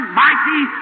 mighty